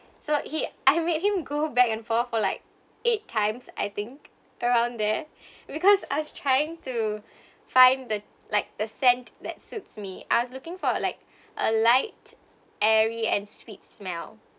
so he I have made him go back and forth for like eight times I think around there because I was trying to find the like the scent that suits me I was looking for like a light airy and sweet smell